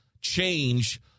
change